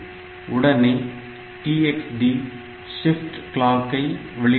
உடனே TxD shift கிளாக்கை ஐ வெளியிடுகிறது